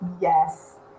Yes